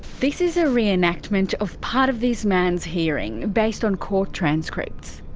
this is a re-enactment of part of this man's hearing, based on court transcripts.